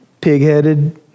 pig-headed